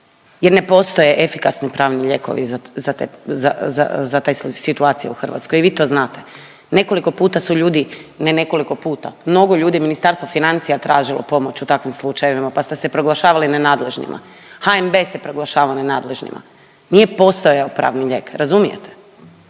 jer ne postoje efikasni pravni lijekovi za, za te, za, za, za te situacije u Hrvatskoj i vi to znate. Nekoliko puta su ljudi, ne nekoliko puta, mnogo ljudi je Ministarstvo financija tražilo pomoć u takvim slučajevima, pa ste se proglašavali nenadležnima, HNB se proglašavao nenadležnima, nije postojao pravni lijek, razumijete?